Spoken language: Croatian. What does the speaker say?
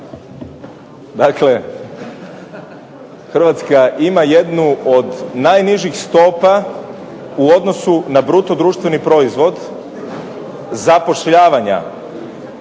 Dakle, Hrvatska ima jednu od najnižih stopa u odnosu na bruto društveni proizvod zapošljavanja